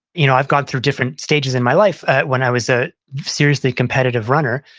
you know i've gone through different stages in my life when i was a seriously competitive runner.